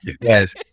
Yes